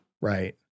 Right